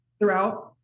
Throughout